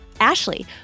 Ashley